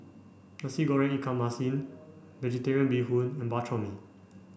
Nasi Goreng Ikan Masin vegetarian bee hoon and Bak Chor Mee